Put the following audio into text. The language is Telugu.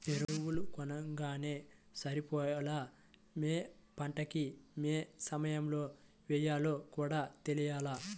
ఎరువులు కొనంగానే సరిపోలా, యే పంటకి యే సమయంలో యెయ్యాలో కూడా తెలియాల